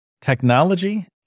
technology